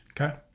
Okay